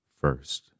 first